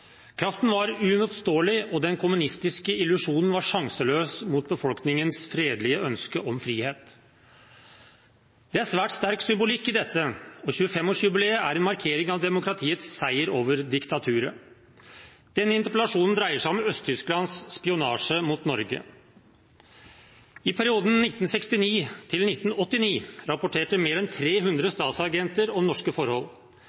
Kraften var uimotståelig, og den kommunistiske illusjonen var sjanseløs mot befolkningens fredelige ønske om frihet. Det er svært sterk symbolikk i dette, og 25-årsjubileet er en markering av demokratiets seier over diktaturet. Denne interpellasjonen dreier seg om Øst-Tysklands spionasje mot Norge. I perioden 1969 til 1989 rapporterte mer enn 300 Stasi-agenter om norske forhold.